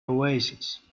oasis